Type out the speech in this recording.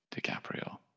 DiCaprio